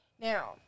Now